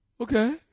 Okay